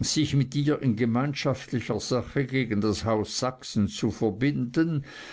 sich mit ihr in gemeinschaftlicher sache gegen das haus sachsen zu verbinden